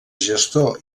gestor